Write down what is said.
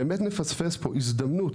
באמת נפספס בו הזדמנות,